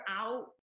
out